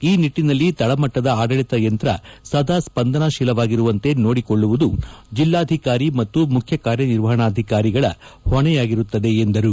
ಈ ನಿಟ್ಟಿನಲ್ಲಿ ತಳಮಟ್ಟದ ಆದಳಿತ ಯಂತ್ರ ಸದಾ ಸ್ಪಂದನಶೀಲವಾಗಿರುವಂತೆ ನೋಡಿಕೊಳ್ಳುವುದು ಜಿಲ್ಲಾಧಿಕಾರಿ ಮತ್ತು ಮುಖ್ಯ ಕಾರ್ಯನಿರ್ವಹಣಾಧಿಕಾರಿಗಳ ಹೊಣೆಯಾಗಿರುತ್ತದೆ ಎಂದರು